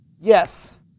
Yes